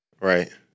right